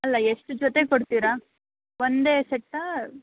ಅಲ್ಲ ಎಷ್ಟು ಜೊತೆ ಕೊಡ್ತೀರಾ ಒಂದೇ ಸೆಟ್ಟಾ